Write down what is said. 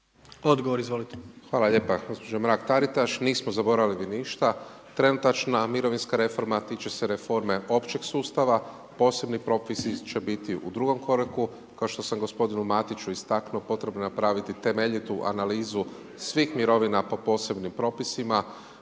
Marko (HDZ)** Hvala lijepo gospođo Mrak Taritaš. Nismo zaboravili ništa, trenutačna mirovinska reforma, tiče se reforme općeg sustava, posebni propisi će biti u drugom koraku, kao što sam gospodinu Matiću istaknuo, potrebno je napraviti temeljitu analizu svih mirovina po posebnim propisima,